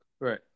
Right